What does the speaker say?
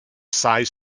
side